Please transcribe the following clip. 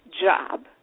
job